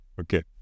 Okay